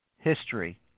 History